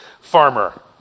farmer